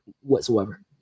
whatsoever